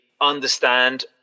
understand